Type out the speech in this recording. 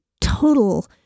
total